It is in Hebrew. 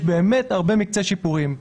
יש באמת הרבה מקצה שיפורים.